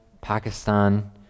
Pakistan